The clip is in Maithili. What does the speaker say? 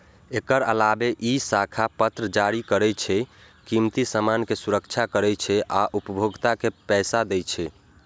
एकर अलावे ई साख पत्र जारी करै छै, कीमती सामान के सुरक्षा करै छै आ उपभोक्ता के पैसा दै छै